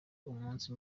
umunsi